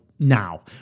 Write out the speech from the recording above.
now